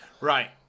right